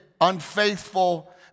unfaithful